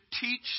teach